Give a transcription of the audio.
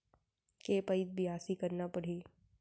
के पइत बियासी करना परहि?